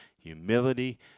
humility